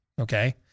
Okay